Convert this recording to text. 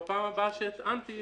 בפעם הבאה שהטענתי,